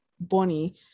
Bonnie